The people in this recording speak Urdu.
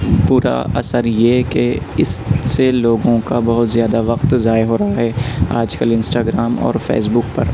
برا اثر یہ کہ اس سے لوگوں کا بہت زیادہ وقت ضائع ہو رہا ہے آج کل انسٹاگرام اور فیسبک پر